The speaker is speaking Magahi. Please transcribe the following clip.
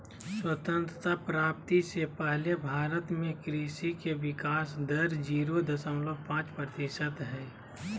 स्वतंत्रता प्राप्ति से पहले भारत में कृषि के विकाश दर जीरो दशमलव पांच प्रतिशत हई